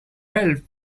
help